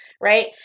right